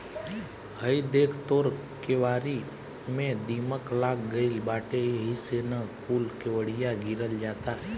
हइ देख तोर केवारी में दीमक लाग गइल बाटे एही से न कूल केवड़िया गिरल जाता